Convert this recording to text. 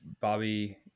Bobby